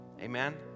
Amen